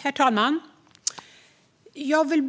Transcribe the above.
Herr talman! Jag vill